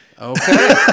Okay